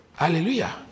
Hallelujah